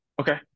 okay